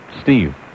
Steve